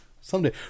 Someday